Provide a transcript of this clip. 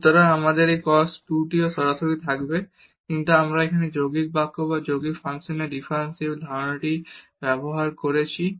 সুতরাং আমাদের এই cos 2 টি সরাসরিও থাকবে কিন্তু আমরা এখানে এই যৌগিক পার্থক্য বা যৌগিক ফাংশনের ডিফারেন্সিয়েসন ধারণাটি ব্যবহার করেছি